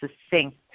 succinct